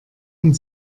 und